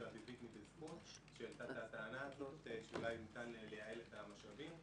אביבית מ"בזכות" שהעלתה את הטענה הזאת שאולי ניתן לייעל את המשאבים,